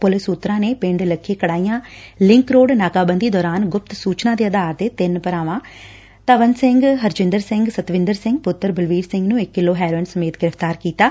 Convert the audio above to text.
police ਸੁਤਰਾਂ ਨੇ ਪਿੰਡ ਲਖੇ ਕੜਾਈਆ ਲਿਕ ਰੋਡ ਨਾਕਾਬੰਦੀ ਦੌਰਾਨ ਗੁਪਤ ਸੁਚਨਾ ਦੇ ਆਧਾਰ ਤੇ ਤਿੰਨ ਭਰਾ ਧਵਨ ਸਿੰਘ ਹਰਜਿੰਦਰ ਸਿੰਘ ਸਤਵਿੰਦਰ ਸਿੰਘ ਪੁੱਤਰ ਬਲਵੀਰ ਸਿੰਘ ਨੂੰ ਇਕ ਕਿਲੋ ਹੈਰੋਇਨ ਸਮੇਤ ਗ੍ਰਿਫਤਾਰ ਕੀਤਾ ਗਿਆ